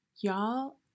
Y'all